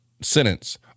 sentence